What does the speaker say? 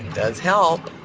does help.